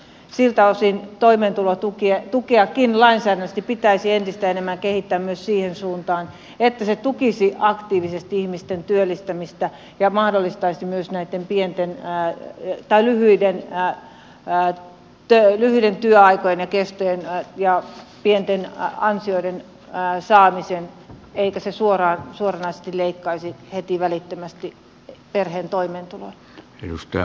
siltä osin toimeentulotukeakin lainsäädännöllisesti pitäisi entistä enemmän kehittää myös siihen suuntaan että se tukisi aktiivisesti ihmisten työllistämistä ja mahdollistaisi myös näitten pienten mää pätevyyden ja päättää yhden työaikainen lyhyet työajat ja pienten ansioiden saamisen eikä se suoranaisesti leikkaisi heti välittömästi perheen toimeentuloa